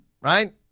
right